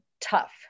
tough